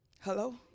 Hello